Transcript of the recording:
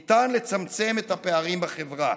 ניתן לצמצם את הפערים בחברה,